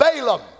Balaam